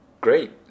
Great